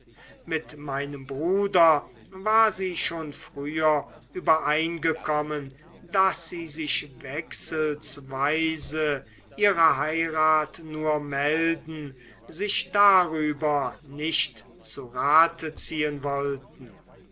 mit meinem bruder war sie schon früher übereingekommen daß sie sich wechselsweise ihre heirat nur melden sich darüber nicht zu rate ziehen wollten